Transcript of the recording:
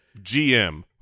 GM